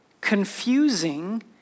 confusing